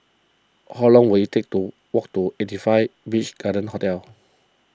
how long will it take to walk to eighty five Beach Garden Hotel